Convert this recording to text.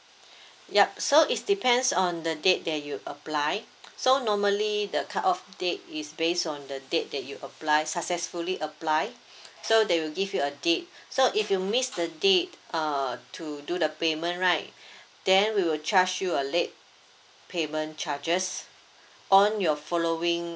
yup so is depends on the date that you apply so normally the cut off date is based on the date that you apply successfully apply so they will give you a date so if you miss the day uh to do the payment right then we will charge you a late payment charges on your following